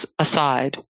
aside